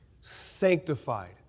Sanctified